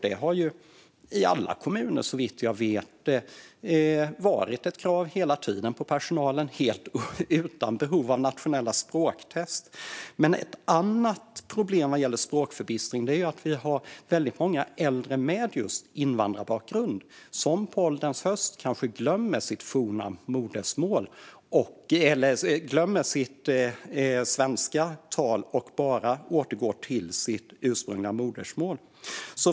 Det har också såvitt jag vet hela tiden varit ett krav på personalen i alla kommuner, helt utan behov av nationella språktest. Men ett annat problem vad gäller språkförbistring är att vi har väldigt många äldre med invandrarbakgrund som på ålderns höst kanske glömmer sitt svenska tal och återgår till att bara kunna sitt ursprungliga modersmål.